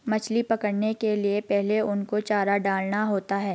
मछली पकड़ने के लिए पहले उनको चारा डालना होता है